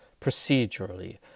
procedurally